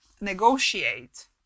negotiate